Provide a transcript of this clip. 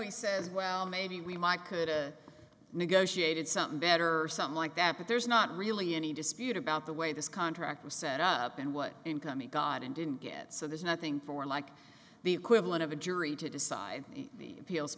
he says well maybe we might coulda negotiated something better something like that but there's not really any dispute about the way this contract was set up and what income it god and didn't get so there's nothing for like the equivalent of a jury to decide the